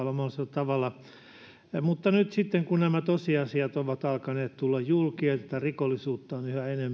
tavalla mutta nyt sitten kun tosiasiat ovat alkaneet tulla julki ja tätä rikollisuutta